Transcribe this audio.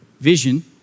Vision